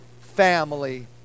family